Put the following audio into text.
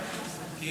כמה שיותר,